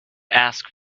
ask